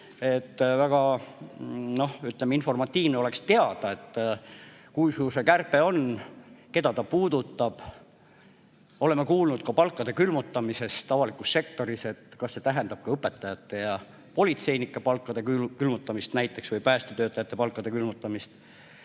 Väga informatiivne oleks teada, kui suur see kärbe on, keda ta puudutab. Oleme kuulnud ka palkade külmutamisest avalikus sektoris. Kas see tähendab ka õpetajate ja politseinike palkade külmutamist, või päästetöötajate palkade külmutamist?